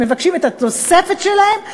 שמבקשים את התוספת שלהם,